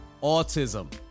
autism